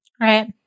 right